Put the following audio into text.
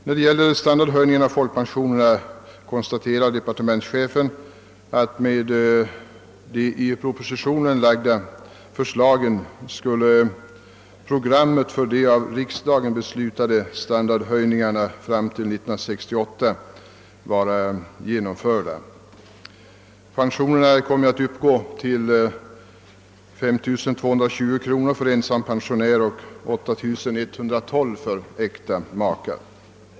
När det gäller standarhöjningen av folkpensionerna konstaterar departementschefen att med de i propositionen framförda förslagen skulle programmet för de av riksdagen besiutade standardhöjningarna fram till 1968 vara genomfört. Pensionerna kommer att uppgå till 5220 kronor för ensam pensionär och 8112 kronor för äkta makar.